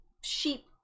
sheep